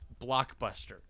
Blockbuster